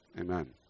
Amen